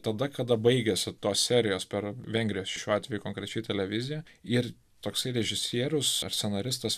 tada kada baigiasi tos serijos per vengriją šiuo atveju konkrečiai televiziją ir toksai režisierius ar scenaristas